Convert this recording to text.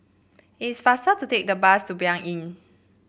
it is faster to take the bus to Blanc Inn